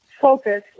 focus